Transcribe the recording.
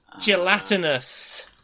Gelatinous